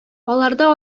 аларда